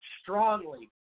strongly